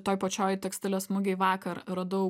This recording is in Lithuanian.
toj pačioj tekstilės mugėj vakar radau